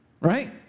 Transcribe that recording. Right